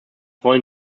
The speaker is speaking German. wollen